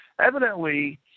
Evidently